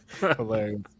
Hilarious